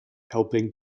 helping